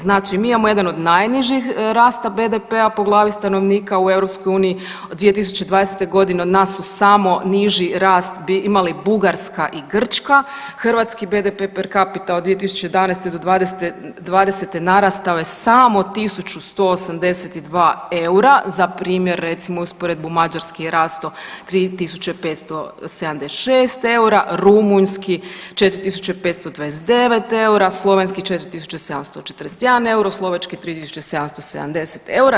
Znači, mi imamo jedan od najnižih rasta BDP-a po glavi stanovnika u EU od 2020. g. od nas su samo niži rast imali Bugarska i Grčka, Hrvatski BDP per capita od 2011.-'20. narastao je samo 1182 eura, za primjer, recimo, usporedbu, mađarski je rastao 3576 eura, rumunjski 4529 eura, slovenski 4741 euro, slovački 3770 eura.